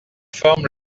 forme